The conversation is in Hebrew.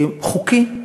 חוקי,